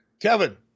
kevin